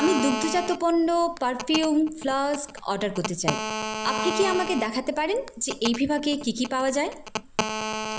আমি দুগ্ধজাত পণ্য পারফিউম ফ্লাস্ক অর্ডার করতে চাই আপনি কি আমাকে দেখাতে পারেন যে এই বিভাগে কী কী পাওয়া যায়